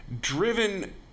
driven